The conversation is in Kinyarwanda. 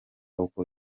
uko